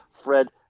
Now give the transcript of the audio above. Fred